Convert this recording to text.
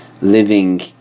living